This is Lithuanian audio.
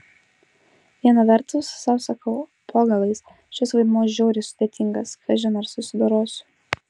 viena vertus sau sakau po galais šis vaidmuo žiauriai sudėtingas kažin ar susidorosiu